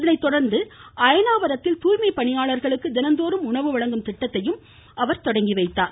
இதனைத்தொடர்ந்து அயனாவரத்தில் தூய்மைப் பணியாளர்களுக்கு தினந்தோறும் உணவு வழங்கும் திட்டத்தையும் அவர் தொடங்கிவைத்தார்